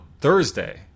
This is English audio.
Thursday